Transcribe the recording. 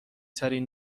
ترین